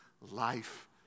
life